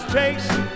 chase